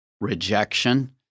rejection